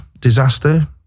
disaster